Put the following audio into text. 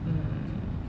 mmhmm